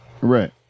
Right